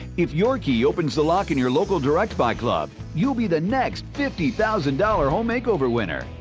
if your key opens the lock in your local directbuy club, you'll be the next fifty thousand dollar home makeover winner.